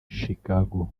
chicago